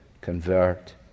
convert